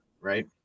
right